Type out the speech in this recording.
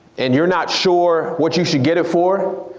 and you're not sure what you should get it for,